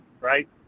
right